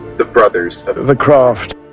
the brothers of the craft.